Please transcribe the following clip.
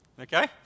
Okay